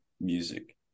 music